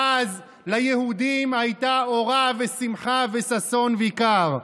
ואז, "ליהודים הייתה אורה ושמחה וששן ויקר".